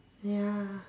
ya